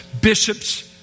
bishops